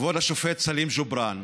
כבוד השופט סלים ג'ובראן,